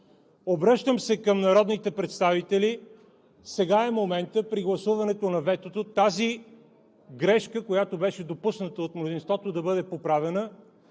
Обръщам се към народните представители: сега е моментът – при гласуването на ветото, тази грешка, която беше допусната от мнозинството, да бъде поправена,